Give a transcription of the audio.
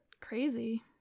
crazy